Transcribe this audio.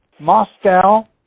Moscow